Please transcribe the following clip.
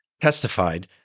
testified